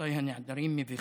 רבותיי הנעדרים, מביכה.